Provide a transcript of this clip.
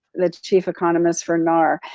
the chief economist for nar.